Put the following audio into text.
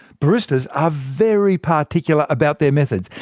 baristas are very particular about their methods,